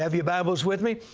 have your bibles with me,